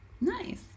nice